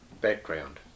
background